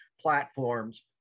platforms